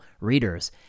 readers